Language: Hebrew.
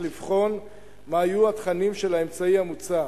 לבחון מה יהיו התכנים של האמצעי המוצע,